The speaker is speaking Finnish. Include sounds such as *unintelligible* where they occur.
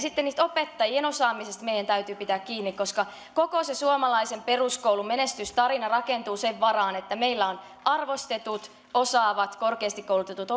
*unintelligible* sitten opettajien osaamisesta meidän täytyy pitää kiinni koska koko se suomalaisen peruskoulun menestystarina rakentuu sen varaan että meillä on arvostetut osaavat korkeasti koulutetut *unintelligible*